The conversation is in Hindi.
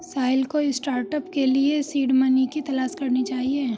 साहिल को स्टार्टअप के लिए सीड मनी की तलाश करनी चाहिए